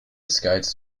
scouts